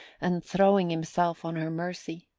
and throwing himself on her mercy.